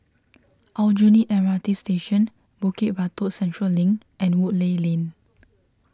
Aljunied M R T Station Bukit Batok Central Link and Woodleigh Lane